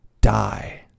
Die